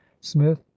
smith